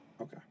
Okay